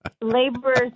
laborers